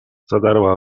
zadarła